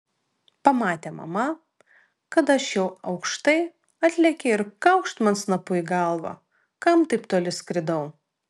pamatė mama kad aš jau aukštai atlėkė ir kaukšt man snapu į galvą kam taip toli skridau